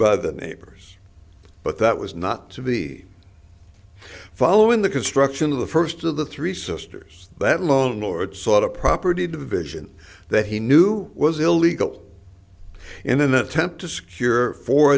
by the neighbors but that was not to be following the construction of the first of the three sisters that loan or sought a property division that he knew was illegal in an attempt to secure fo